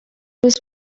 was